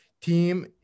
team